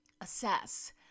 assess